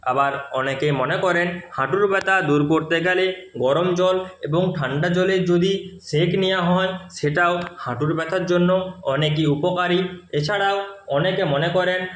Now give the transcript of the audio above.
আবার অনেকেই মনে করেন হাঁটুর ব্যথা দূর করতে গেলে গরম জল এবং ঠান্ডা জলের যদি সেঁক নেওয়া হয় সেটাও হাঁটুর ব্যথার জন্য অনেকই উপকারী এছাড়াও অনেকে মনে করেন